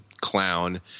clown